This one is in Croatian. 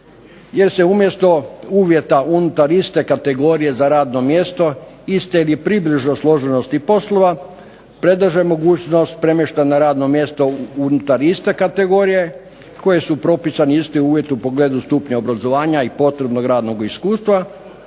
gdje se umjesto uvjeta unutar iste kategorije za radno mjesto, iste ili približno složenosti poslova, predlaže mogućnost premještaja na radno mjesto unutar iste kategorije koje su propisani isti uvjeti u pogledu stupnja obrazovanja i potrebnog radnog iskustva